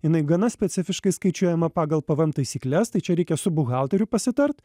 jinai gana specifiškai skaičiuojama pagal pvm taisykles tai čia reikia su buhalteriu pasitart